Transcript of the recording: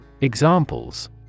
Examples